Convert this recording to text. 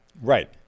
Right